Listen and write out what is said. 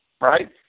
right